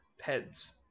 heads